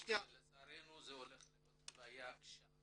לצערנו זה הולכת להיות בעיה שם,